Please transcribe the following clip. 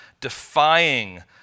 defying